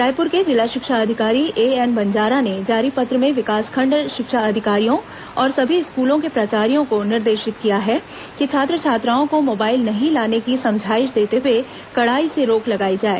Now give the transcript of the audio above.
रायपुर के जिला शिक्षा अधिकारी एएन बंजारा ने जारी पत्र में विकासखंड शिक्षा अधिकारियों और सभी स्कूलों के प्राचार्यो को निर्देशित किया है कि छात्र छात्राओं को मोबाइल नहीं लाने की समझाइश देते हुए कड़ाई से रोक लगाई जाए